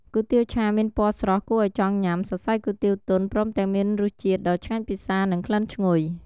គុយទាវឆាមានពណ៌ស្រស់គួរឱ្យចង់ញ៉ាំ សរសៃគុយទាវទន់ ព្រមទាំងមានរសជាតិដ៏ឆ្ងាញ់ពិសា និងក្លិនឈ្ងុយ។